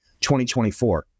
2024